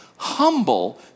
humble